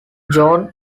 john